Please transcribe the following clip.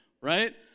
right